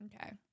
Okay